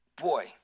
Boy